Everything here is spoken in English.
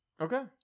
Okay